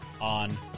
on